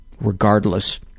regardless